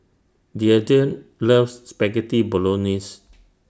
Deandra loves Spaghetti Bolognese